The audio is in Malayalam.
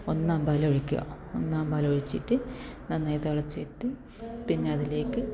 ഒന്നാം പാൽ ഒഴിക്കുക ഒന്നാം പാൽ ഒഴിച്ചിട്ട് നന്നായി തിളച്ചിട്ട് പിന്നെ അതിലേക്ക്